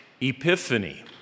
Epiphany